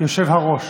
יושב-הראש.